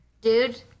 Dude